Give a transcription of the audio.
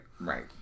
right